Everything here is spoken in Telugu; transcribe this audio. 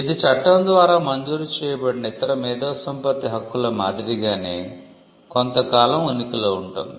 ఇది చట్టం ద్వారా మంజూరు చేయబడిన ఇతర మేధో సంపత్తి హక్కుల మాదిరిగానే కొంత కాలం ఉనికిలో ఉంటుంది